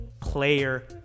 player